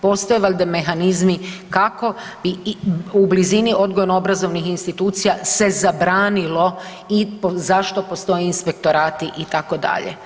Postoje valjda mehanizmi kako i u blizini odgojnoobrazovnih institucija se zabranilo i zašto postoje inspektorati itd.